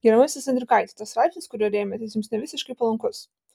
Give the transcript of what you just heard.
gerbiamasis andriukaiti tas straipsnis kuriuo rėmėtės jums nevisiškai palankus